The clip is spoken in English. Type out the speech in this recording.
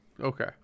okay